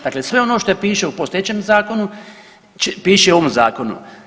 Dakle, sve ono što piše u postojećem zakonu piše i u ovom zakonu.